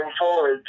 forward